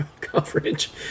coverage